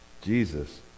Jesus